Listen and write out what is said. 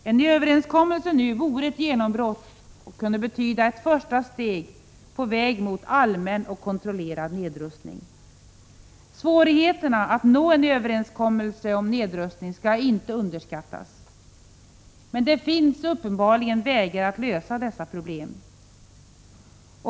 En överenskommelse nu vore ett genombrott och kunde betyda ett första steg på väg mot allmän och kontrollerad nedrustning. Svårigheterna att nå en överenskommelse om nedrustning skall inte underskattas. Men det finns uppenbarligen vägar att lösa dessa problem.